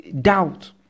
doubt